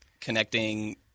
connecting –